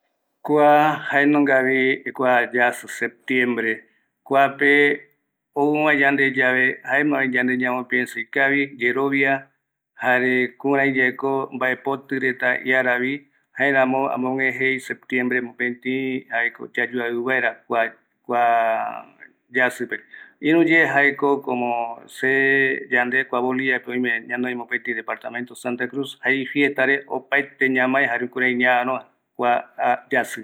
Arapoti ko jae ipora yae jaema amboipi aja seremiti tenondeva aja ame aja aiko rambueve va aes ko kä ipora jaema jovi ipoti rangagua amogüe ñana reta oi jaema jokua re vi se aja amaevi esa ya no ipora yaesa korupi